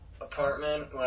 apartment